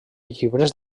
llibres